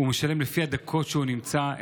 משלם לפי הדקות שהוא נמצא,